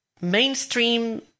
Mainstream